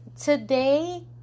today